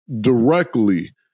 directly